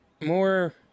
more